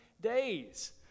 days